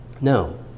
No